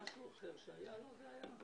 להיות.